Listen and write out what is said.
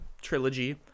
trilogy